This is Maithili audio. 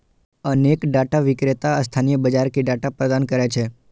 अनेक डाटा विक्रेता स्थानीय बाजार कें डाटा प्रदान करै छै